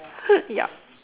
yup